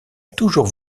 toujours